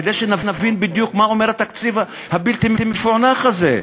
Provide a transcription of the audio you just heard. כדי שנבין בדיוק מה אומר התקציב הבלתי-מפוענח הזה.